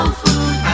food